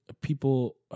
people